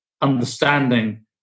understanding